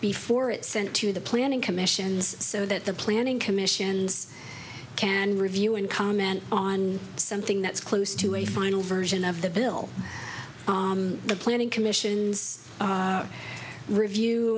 before it sent to the planning commission so that the planning commission can review and comment on something that's close to a final version of the bill the planning commission's review